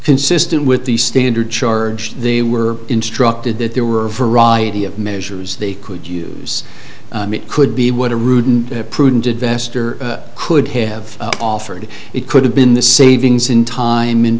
consistent with the standard charge they were instructed that there were a variety of measures they could use it could be what a rude and prudent investor could have offered it could have been the savings in time in